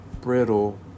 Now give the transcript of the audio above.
brittle